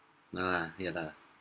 ah yeah lah